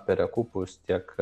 perekupus tiek